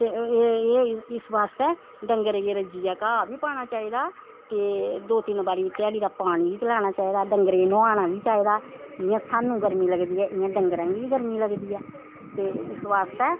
ते एह् होई गेआ इस बास्तै डंगरें गी रज्जियै घाह् बी पाना चाहिदा ते दो तिन बारी ध्याड़ी दा पानी बी पलैना चाहिदा डंगरे गी नोहालना बी चाहिदा जियां सानूं गर्मी लगदी ऐ इ'यां डंगरां गी बी गर्मी लगदी ऐ ते इस बास्तै